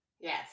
Yes